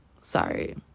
Sorry